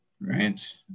right